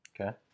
Okay